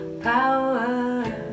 Power